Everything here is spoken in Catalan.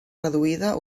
reduïda